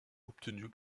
obtenu